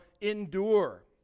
endure